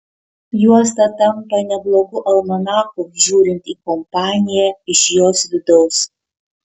juosta tampa neblogu almanachu žiūrint į kompaniją iš jos vidaus